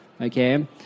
okay